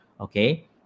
okay